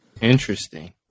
Interesting